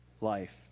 life